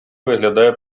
виглядає